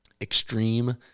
extreme